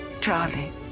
Charlie